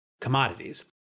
commodities